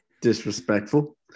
Disrespectful